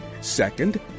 Second